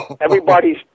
everybody's